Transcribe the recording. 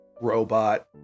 robot